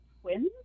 twins